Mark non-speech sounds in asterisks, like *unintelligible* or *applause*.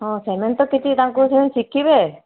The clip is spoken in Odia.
ହଁ ସେମାନେ ତ କିଛି ତାଙ୍କୁ *unintelligible* ଶିଖିବେ